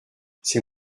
c’est